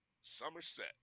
Somerset